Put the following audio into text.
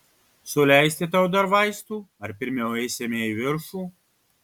suleisti tau dar vaistų ar pirmiau eisime į viršų